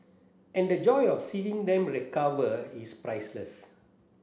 and the joy of seeing them recover is priceless